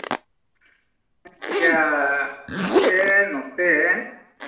ᱟᱪᱪᱷᱟ ᱟᱯᱮ ᱱᱚᱛᱮ